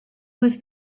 was